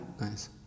Nice